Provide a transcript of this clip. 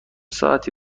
ساعتی